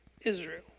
Israel